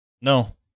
No